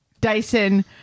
Dyson